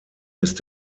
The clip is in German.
ist